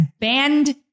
banned